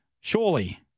Surely